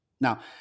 Now